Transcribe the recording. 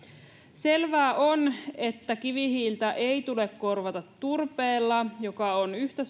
selvää on että kivihiiltä ei tule korvata turpeella joka on yhtä